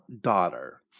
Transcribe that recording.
daughter